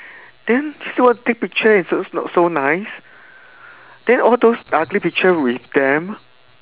then still want take picture it's not so nice then all those ugly picture with them